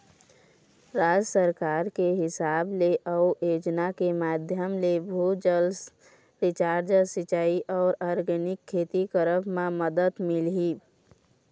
राज सरकार के हिसाब ले अउ योजना के माधियम ले, भू जल रिचार्ज, सिंचाई अउ आर्गेनिक खेती करब म मदद मिलही